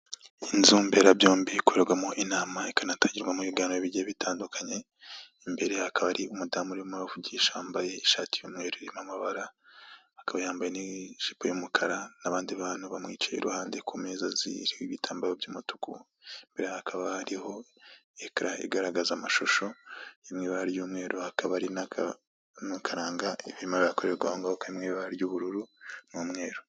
Inzu mberabyombi ikorerwemo inama ikanatangirwamo ibiganiro bigiye bitandukanye, imbere hakaba hari umudamu urimo urabavugisha wambaye ishati y'umweru irimo amabara, akaba yambaye n'ijipo y'umukara n'abandi bantu bamwicaye iruhande ku meza ziriho ibitambaro by'umutuku, imbere ye hakaba hariho ekara igaragaza amashusho, iri mu ibara ry'umweru, hakaba hari n'akantu karanga ibirimo birakorerwa aho ngaho kari mu ibara ry'ubururu n'umweru.